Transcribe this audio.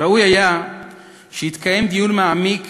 ראוי היה שיתקיים דיון מעמיק